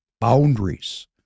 boundaries